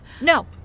No